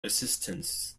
assistance